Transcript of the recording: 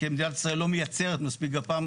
כי מדינת ישראל לא מייצרת מספיק גפ"מ.